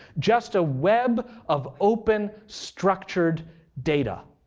just a web of open, structured data.